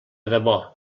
debò